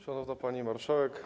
Szanowna Pani Marszałek!